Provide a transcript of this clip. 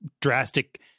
drastic